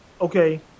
okay